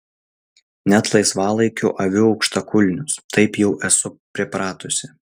net laisvalaikiu aviu aukštakulnius taip jau esu pripratusi